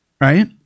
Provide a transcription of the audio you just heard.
right